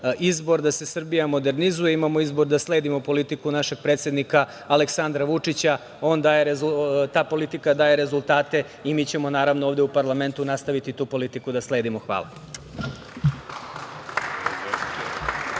izbor da se Srbija modernizuje, imamo izbor da sledimo politiku našeg predsednika Aleksandra Vučića, ta politika daje rezultate i mi ćemo naravno ovde u parlamentu nastaviti tu politiku da sledimo. Hvala.